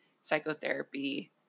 psychotherapy